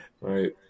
Right